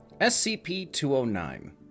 SCP-209